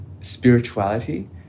spirituality